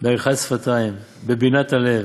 בעריכת שפתיים, בבינת הלב,